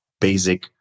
basic